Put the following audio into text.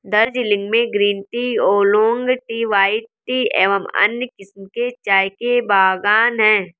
दार्जिलिंग में green tea, oolong tea, white tea एवं अन्य किस्म के चाय के बागान हैं